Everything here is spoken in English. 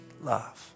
love